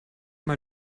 mal